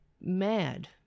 mad